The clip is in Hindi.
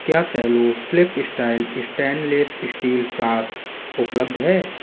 क्या Cello flip style stainless steel flask उपलब्ध है